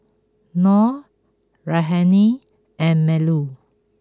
Nor Raihana and Melur